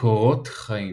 קורות חיים